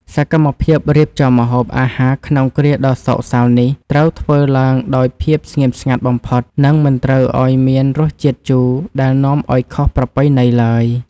សកម្មភាពរៀបចំម្ហូបអាហារក្នុងគ្រាដ៏សោកសៅនេះត្រូវធ្វើឡើងដោយភាពស្ងៀមស្ងាត់បំផុត និងមិនត្រូវឱ្យមានរសជាតិជូរដែលនាំឱ្យខុសប្រពៃណីឡើយ។